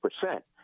percent